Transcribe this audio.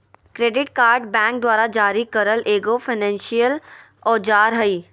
credit card bank द्वारा जारी करल एगो फायनेंसियल औजार हइ